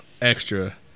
extra